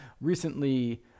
Recently